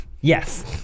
Yes